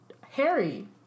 Harry